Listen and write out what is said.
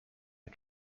the